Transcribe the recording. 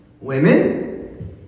Women